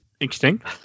extinct